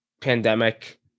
pandemic